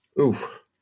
Oof